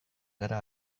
gara